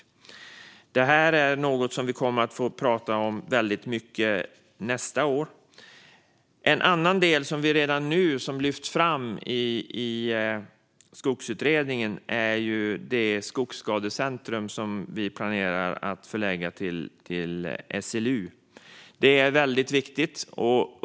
Det är något vi kommer att få prata väldigt mycket om nästa år. En annan del som redan nu lyfts fram i Skogsutredningen är det skogsskadecentrum som vi planerar att förlägga till SLU. Det är väldigt viktigt.